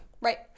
Right